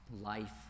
life